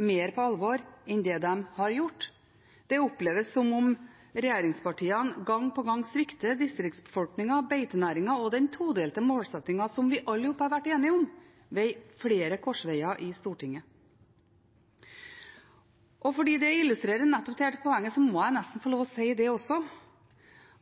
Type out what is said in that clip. mer på alvor enn de har gjort. Det oppleves som om regjeringspartiene gang på gang svikter distriktsbefolkningen og beitenæringen og den todelte målsettingen som vi alle sammen har vært enige om ved flere korsveier i Stortinget. Og fordi det illustrerer nettopp det poenget, må jeg nesten få lov å si